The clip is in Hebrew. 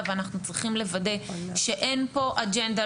ואנחנו צריכים לוודא שאין פה אג'נדה,